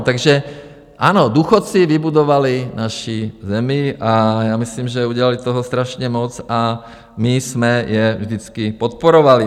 Takže ano, důchodci vybudovali naši zemi, myslím, že toho udělali strašně moc a my jsme je vždycky podporovali.